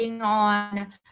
on